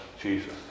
Jesus